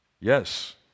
yes